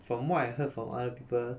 from what I heard from other people